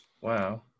wow